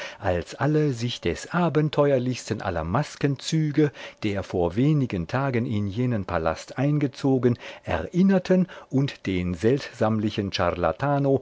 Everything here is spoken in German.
als alle sich des abenteuerlichsten aller maskenzüge der vor wenigen tagen in jenen palast eingezogen erinnerten und den seltsamlichen